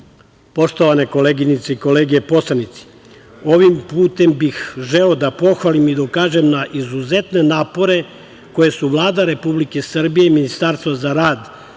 daju. Poštovane koleginice i kolege poslanici, ovim putem bih želeo da pohvalim i da ukažem na izuzetne napore koje su Vlada Republike Srbije i Ministarstvo za rad,